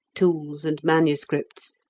tools, and manuscripts,